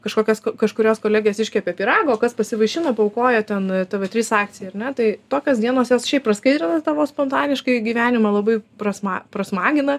kažkokios kažkurios kolegės iškepė pyrago o kas pasivaišina paaukoja ten tv trys akcijai ar ne tai tokios dienos jos šiaip praskaidrina tavo spontaniškai gyvenimą labai prasma pasmagina